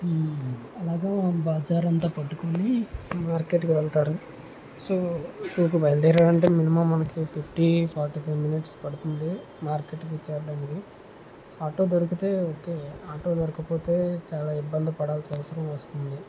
అలాగా బజారంతా పట్టుకుని మార్కెట్ కి వెళ్తారు సో టూ కి బయల్దేరారంటే మినిమమ్ మనకి ఫిఫ్టీ ఫార్టీ ఫైవ్ మినిట్స్ పడుతుంది మార్కెట్ కి చేరడానికి ఆటో దొరికితే ఓకే ఆటో దొరకకపోతే చాలా ఇబ్బంది పడాల్సిన అవసరం వస్తుంది